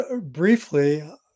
briefly